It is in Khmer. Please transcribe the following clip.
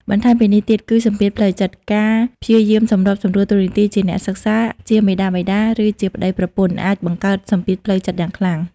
បន្ថែមពីនេះទៀត គឺ សម្ពាធផ្លូវចិត្ត ការព្យាយាមសម្របសម្រួលតួនាទីជាអ្នកសិក្សា ជាមាតាបិតា ឬជាប្តីប្រពន្ធ អាចបង្កើតសម្ពាធផ្លូវចិត្តយ៉ាងខ្លាំង។